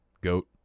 Goat